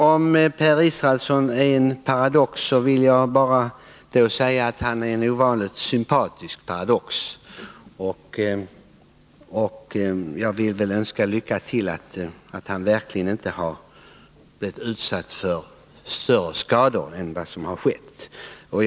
Per Israelsson säger också att han är en paradox. Jag vill säga att han i så fall är en ovanligt sympatisk sådan, och jag hoppas verkligen att han inte har blivit utsatt för några allvarligare skador.